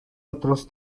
otros